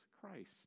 Christ